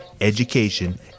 education